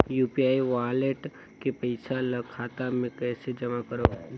UPI wallet के पईसा ल खाता मे कइसे जमा करव?